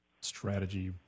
strategy